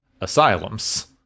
asylums